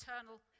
eternal